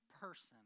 person